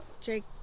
Jake